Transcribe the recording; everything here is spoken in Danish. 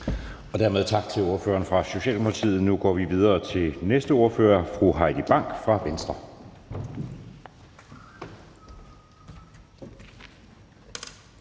Dermed tak til ordføreren fra Socialdemokratiet. Nu går vi videre til den næste ordfører, fru Heidi Bank fra Venstre.